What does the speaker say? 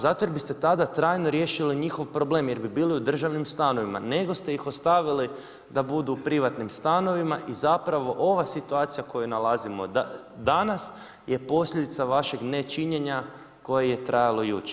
Zato jer biste tada trajno riješili njihov problem jer bi bili u državnim stanovima nego ste ih ostavili da budu u privatnim stanovima i zapravo ova situacija koju nalazimo danas je posljedica vašeg nečinjenja koje je trajalo jučer.